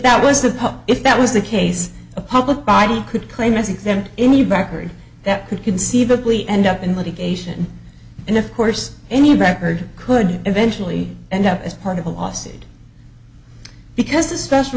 that was the pump if that was the case a public body could claim as exempt any bacary that could conceivably end up in litigation and of course any record could eventually end up as part of a lawsuit because the special